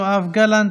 יואב גלנט,